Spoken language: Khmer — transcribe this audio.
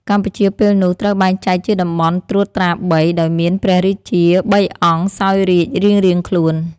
កម្ពុជាពេលនោះត្រូវបែងចែកជាតំបន់ត្រួតត្រាបី ដោយមានព្រះរាជា ៣អង្គ សោយរាជរៀងៗខ្លួន ។